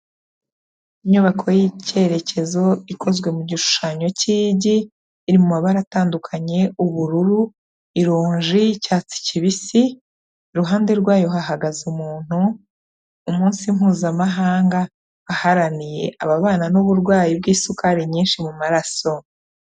Inyubako y'icyerekezo, ikozwe mu gishushanyo cy'igi, iri mu mabara atandukanye, ubururu, ironji, icyatsi kibisi, iruhande rwayo hahagaze umuntu, umunsi mpuzamahanga, aharaniye ababana n'uburwayi bw'isukari nyinshi, mu maraso.